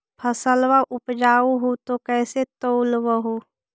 फसलबा उपजाऊ हू तो कैसे तौउलब हो?